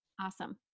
Awesome